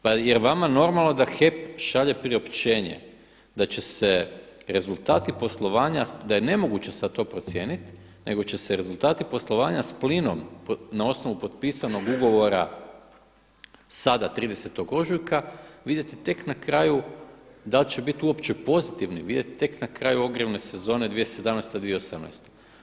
Pa je li vama normalno da HEP šalje priopćenje da će se rezultati poslovanja, da je nemoguće sada to procijeniti nego će se rezultati poslovanja sa plinom na osnovu potpisanog ugovora sada 30. ožujka vidjeti tek na kraju da li će biti uopće pozitivni, vidjeti tek na kraju ogrjevne sezone 2017, 2018.